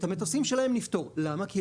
את המטוסים שלהן נפתור.